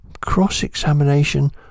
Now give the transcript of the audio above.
cross-examination